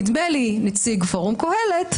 נדמה לי נציג פורום קהלת,